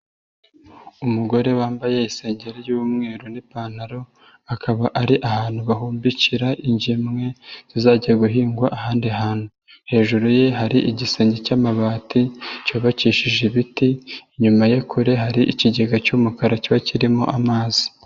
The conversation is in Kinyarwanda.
Umugore wambaye isengesho ry'umweru n'ipantaro akaba ari ahantu bahumbikira ingemwe zizajya guhingwa ahandi hantu, hejuru ye hari igisenge cy'amabati cyubakishije ibiti, inyuma ye kure hari ikigega cy'umukara kiba kirimo amazi.